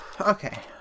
Okay